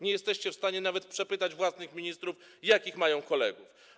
Nie jesteście w stanie nawet przepytać własnych ministrów, jakich mają kolegów.